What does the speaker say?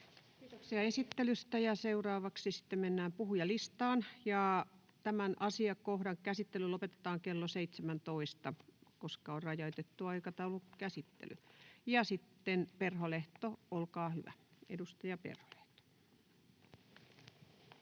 Kiitoksia esittelystä. — Seuraavaksi sitten mennään puhujalistaan, ja tämän asiakohdan käsittely lopetetaan klo 17, koska on rajoitettu aikataulu käsittelyyn. — Ja